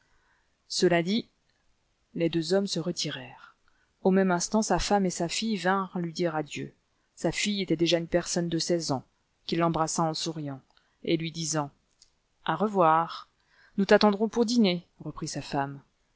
cela dit les deux hommes se retirèrent au même instant sa femme et sa fille vinrent lui dire adieu sa fille était déjà une personne de seize ans qui l'embrassa en souriant et lui disant à revoir nous t'attendrons pour dîner reprit sa femme